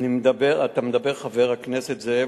חבר הכנסת רוברט טיבייב